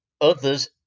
Others